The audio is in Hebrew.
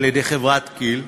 על-ידי חברת כי"ל,